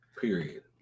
Period